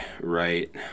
right